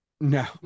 no